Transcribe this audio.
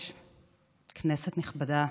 כנסת נכבדה,